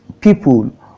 people